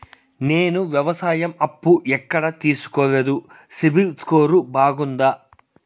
నేను వ్యవసాయం అప్పు ఎక్కడ తీసుకోలేదు, సిబిల్ స్కోరు బాగుందా?